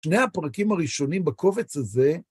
שני הפרקים הראשונים בקובץ הזה